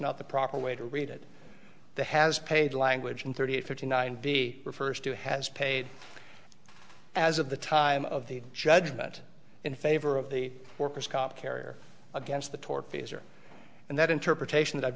not the proper way to read it the has paid language in thirty eight fifty nine b refers to has paid as of the time of the judgment in favor of the worker's comp carrier against the tortfeasor and that interpretation i've